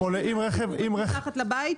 לגינה הציבורית מתחת לביתי,